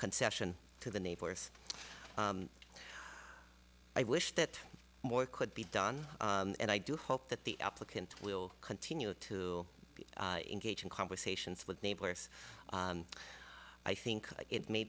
concession to the neighbors i wish that more could be done and i do hope that the applicant will continue to engage in conversations with neighbors i think it may